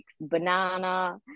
banana